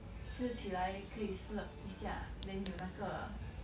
吃起来可以 slurp 一下 then 有那个